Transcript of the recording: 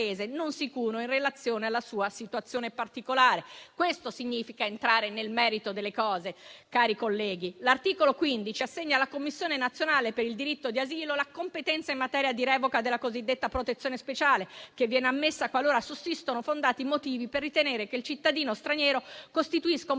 non sicuro in relazione alla sua situazione particolare. Questo significa entrare nel merito delle cose, cari colleghi. L'articolo 15 assegna alla commissione nazionale per il diritto di asilo la competenza in materia di revoca della cosiddetta protezione speciale, che viene ammessa qualora sussistano fondati motivi per ritenere che il cittadino straniero costituisca un